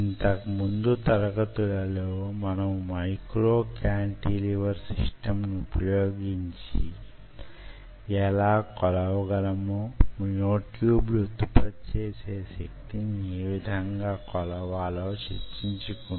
ఇంతకు ముందు తరగతులలో మనము మైక్రో కాంటిలివర్ సిస్టమ్ ను ఉపయోగించి యెలా కొలవగలమో మ్యో ట్యూబ్ లు ఉత్పత్తి చేసే శక్తిని యే విధంగా కొలవాలో చర్చించు కుంటున్నాము